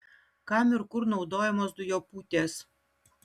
kam ir kur naudojamos dujopūtės